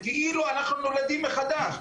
כאילו אנחנו נולדים מחדש,